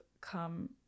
come